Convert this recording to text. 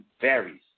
varies